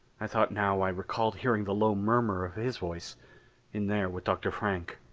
i thought now i recalled hearing the low murmur of his voice in there with dr. frank.